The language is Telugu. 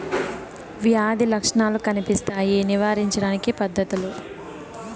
వ్యాధి లక్షణాలు కనిపిస్తాయి నివారించడానికి పద్ధతులు?